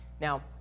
Now